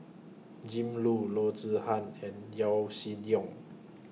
Jim Loo Loo Zihan and Yaw Shin Leong